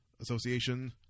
association